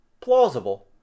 Plausible